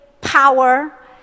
power